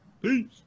peace